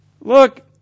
Look